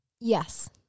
Yes